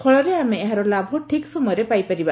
ଫଳରେ ଆମେ ଏହାର ଲାଭ ଠିକ୍ ସମୟରେ ପାଇପାରିବା